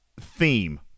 theme